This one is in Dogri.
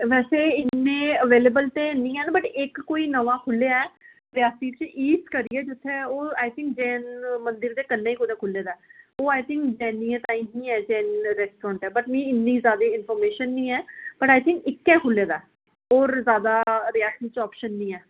वैसे इ'न्ने अवेलेबल ते हैनी हैन बट इक कोई नमां खुल्लेआ रियासी च ईस्ट करियै जित्थै ओह् आई थिंक जैन मंदर दे कन्नै गै कुतै खुल्ले दा ओह् आई थिंक जैनियें ताईं नी ऐ जैनियें दा रेस्टोरेंट ऐ बट मीं इ'न्नी ज्यादा इनफॉर्मेशन नी ऐ पर आई थिंक इक्कै खुल्ले दा होर ज्यादा रियासी च ऑप्शन नी ऐ